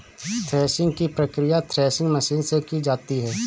threshing की प्रकिया threshing machine से की जाती है